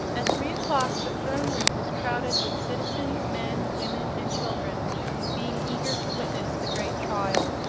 at three o'clock the throne room was crowded with citizens, men, women and children being eager to witness the great trial.